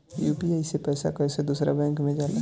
UPI से पैसा कैसे दूसरा बैंक मे जाला?